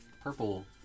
purple